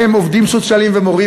שהם עובדים סוציאליים ומורים,